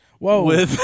Whoa